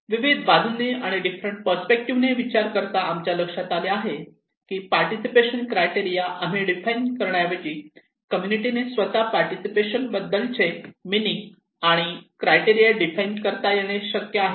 विविध बाजूंनी आणि डिफरंट पर्स्पेक्टिव्ह ने विचार करता आमच्या लक्षात आले आहे की पार्टिसिपेशन क्रायटेरिया आम्ही डिफाइन करण्याऐवजी कम्युनिटी ने स्वतः पार्टिसिपेशन बद्दलचे मिनिंग आणि क्रायटेरिया डिफाइन करता येणे शक्य आहे का